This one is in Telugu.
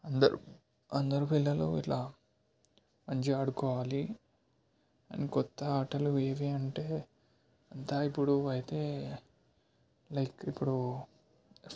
అందరు అందరు పిల్లలు ఇలా మంచిగా ఆడుకోవాలి అండ్ కొత్త ఆటలు ఏవి అంటే ఇప్పుడు అయితే లైక్ ఇప్పుడు